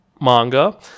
manga